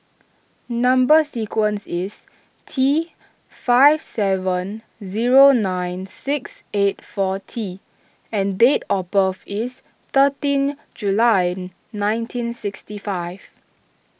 Number Sequence is T five seven zero nine six eight four T and date of birth is thirteen July nineteen sixty five